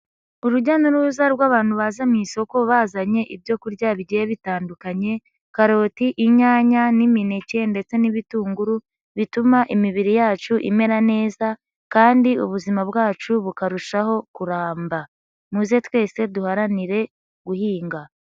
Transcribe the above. Urujya n'uruza rw'abantu baza mu isoko bazanye ibyo kurya bigiye bitandukanye: karoti, inyanya n'imineke ndetse n'ibitunguru bituma imibiri yacu imera neza kandi ubuzima bwacu bukarushaho kuramba. Muze twese duharanire guhinga.